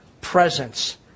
presence